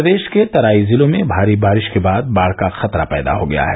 प्रदेष के तराई जिलों में भारी बारिष के बाद बाढ़ का खतरा पैदा हो गया है